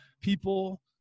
people